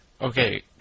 Okay